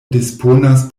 disponas